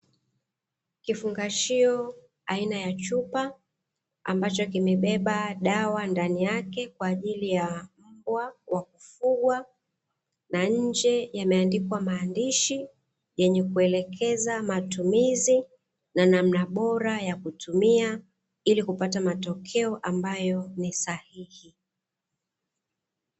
Kifungashio aina ya chupa ambacho kimebeba dawa ndani yake, kwa ajili ya mbwa wa kufugwa na nje yameandikwa maandishi yenye kuelekeza matumizi na namna bora ya kutumia ili kupata matokeo ambayo ni sahihi.